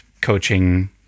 coaching